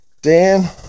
Dan